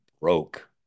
broke